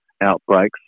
outbreaks